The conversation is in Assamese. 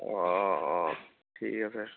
অ ঠিক আছে